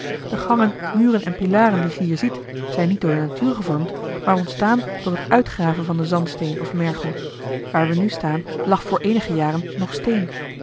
de gangen muren en pilaren die ge hier ziet zijn niet door de natuur gevormd maar ontstaan door het uitgraven van den zandsteen of mergel waar we nu staan lag voor eenige jaren nog steen